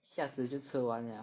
一下子就吃完 liao